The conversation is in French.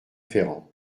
ferrand